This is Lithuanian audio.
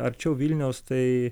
arčiau vilniaus tai